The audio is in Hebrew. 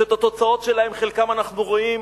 שאת התוצאות שלהם, חלקן אנחנו רואים